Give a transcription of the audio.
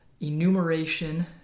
enumeration